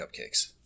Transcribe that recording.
Cupcakes